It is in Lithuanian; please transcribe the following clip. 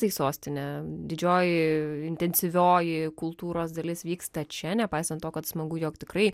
tai sostinė didžioji intensyvioji kultūros dalis vyksta čia nepaisant to kad smagu jog tikrai